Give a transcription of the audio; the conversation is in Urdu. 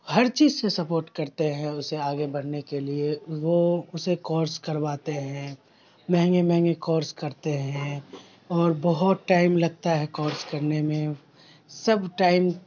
ہر چیز سے سپوٹ کرتے ہیں اسے آگے بڑھنے کے لیے وہ اسے کورس کرواتے ہیں مہنگے مہنگے کورس کرتے ہیں اور بہت ٹائم لگتا ہے کورس کرنے میں سب ٹائم